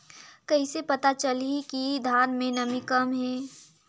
कइसे पता चलही कि धान मे नमी कम हे?